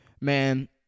man